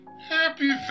Happy